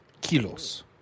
Kilos